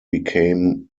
became